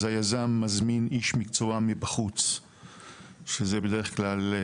אז היזם מזמין איש מקצוע מבחוץ שזה בדרך כלל,